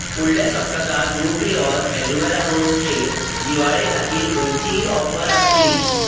फुडल्या सप्तकांत Nutriorg aloe vera रोसाचेर दिवाळे खातीर खंयचीय ऑफर आसतली